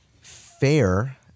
Fair